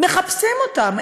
מחפשים אותם.